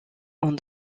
ont